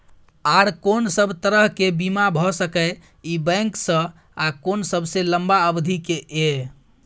आर कोन सब तरह के बीमा भ सके इ बैंक स आ कोन सबसे लंबा अवधि के ये?